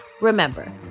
Remember